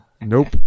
Nope